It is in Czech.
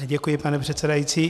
Děkuji, pane předsedající.